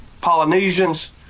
Polynesians